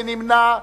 מי נמנע?